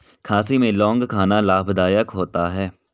खांसी में लौंग खाना लाभदायक होता है